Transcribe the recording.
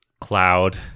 cloud